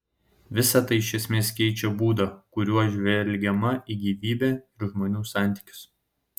visa tai iš esmės keičia būdą kuriuo žvelgiama į gyvybę ir žmonių santykius